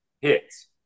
hits